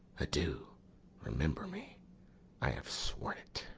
adieu! remember me i have sworn't.